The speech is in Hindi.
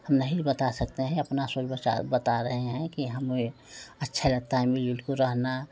हम नहीं बता सकते हैं अपना स्वविचार बता रहे हैं कि हमें अच्छा लगता है मिलजुल के रहना